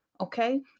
Okay